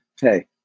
Hey